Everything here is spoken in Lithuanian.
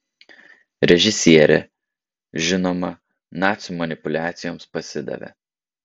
režisierė žinoma nacių manipuliacijoms pasidavė